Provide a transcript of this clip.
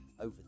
over